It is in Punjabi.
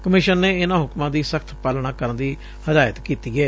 ਕਮਿਸ਼ਨ ਨੇ ਇਨੂਾਂ ਹੁਕਮਾਂ ਦੀ ਸ਼ਖਤ ਪਾਲਣਾ ਕਰਨ ਦੀ ਹਦਾਇਤ ਕੀਤੀ ਏ